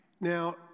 now